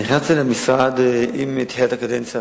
נכנסתי למשרד עם תחילת הקדנציה הנוכחית,